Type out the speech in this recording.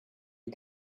wie